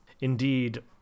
Indeed